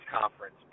conference